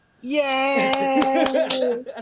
Yay